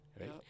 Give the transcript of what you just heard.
right